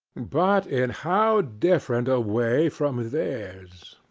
but in how different a way from theirs!